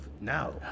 now